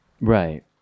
Right